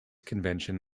convention